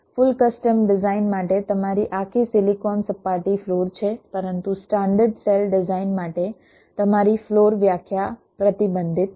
full custom design માટે તમારી આખી સિલિકોન સપાટી ફ્લોર છે પરંતુ સ્ટાન્ડર્ડ સેલ ડિઝાઇન માટે તમારી ફ્લોર વ્યાખ્યા પ્રતિબંધિત છે